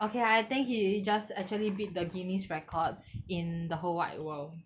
okay lah I think he just actually beat the Guinness record in the whole wide world